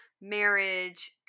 marriage